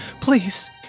Please